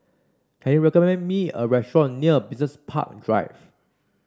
can you recommend me a restaurant near Business Park Drive